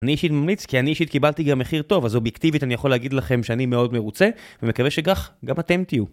אני אישית ממליץ, כי אני אישית קיבלתי גם מחיר טוב, אז אובייקטיבית אני יכול להגיד לכם שאני מאוד מרוצה, ומקווה שכך גם אתם תהיו.